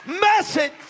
message